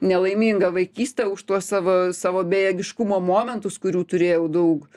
nelaimingą vaikystę už tuos savo savo bejėgiškumo momentus kurių turėjau daug